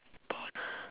board